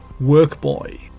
Workboy